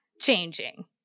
changing